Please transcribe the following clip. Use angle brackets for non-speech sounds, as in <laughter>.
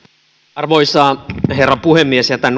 arvoisa herra puhemies jätän <unintelligible>